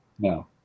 No